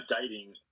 dating